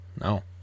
No